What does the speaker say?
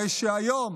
הרי שהיום,